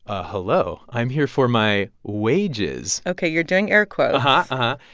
ah hello, i'm here for my wages ok, you're doing air quotes uh-huh.